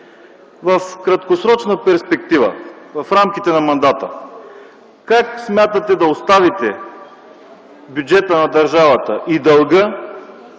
в краткосрочна перспектива, в рамките на мандата, как смятате да оставите бюджета на държавата и дълга,